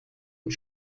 und